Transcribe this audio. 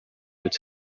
its